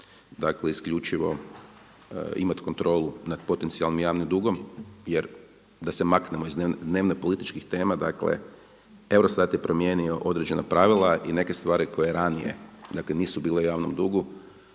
dakle isključivo imat kontrolu nad potencijalnim javnim dugom. Jer da se maknemo iz dnevno-političkih tema, dakle EUROSTAT je promijenio određena pravila i neke stvari koje ranije, dakle nisu bile u javnom dugu